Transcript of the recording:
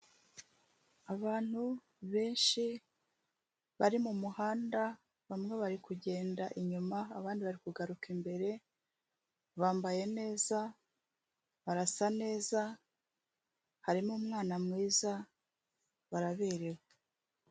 Abantu benshi bari mu muhanda, bamwe bari kugenda inyuma abandi bari kugaruka imbere, bambaye neza, barasa neza, harimo umwana mwiza baraberewe.